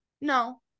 no